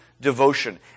devotion